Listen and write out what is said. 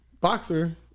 boxer